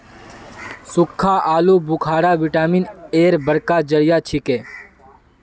सुक्खा आलू बुखारा विटामिन एर बड़का जरिया छिके